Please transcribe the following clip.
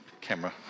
camera